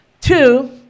Two